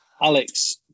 Alex